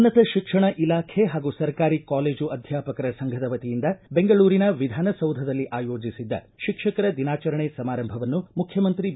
ಉನ್ನತ ಶಿಕ್ಷಣ ಇಲಾಖೆ ಹಾಗೂ ಸರ್ಕಾರಿ ಕಾಲೇಜು ಅಧ್ಯಾಪಕರ ಸಂಘದ ವತಿಯಿಂದ ಬೆಂಗಳೂರಿನ ವಿಧಾನಸೌಧದಲ್ಲಿ ಆಯೋಜಿಸಿದ್ದ ಶಿಕ್ಷಕರ ದಿನಾಚರಣೆ ಸಮಾರಂಭವನ್ನು ಮುಖ್ಯಮಂತ್ರಿ ಬಿ